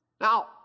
Now